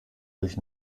durch